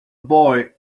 boy